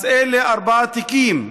אז אלה ארבעה תיקים.